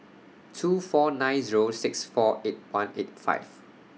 two four nine Zero six four eight one eight five